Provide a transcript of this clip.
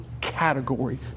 category